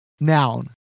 noun